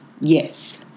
Yes